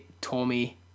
Tommy